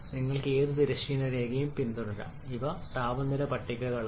നിങ്ങൾക്ക് ഏത് തിരശ്ചീന രേഖയും പിന്തുടരാം ഇവ താപനില പട്ടികകളാണ്